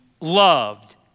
loved